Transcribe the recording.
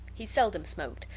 he seldom smoked,